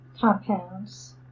compounds